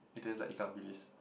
it tastes like Ikan-Bilis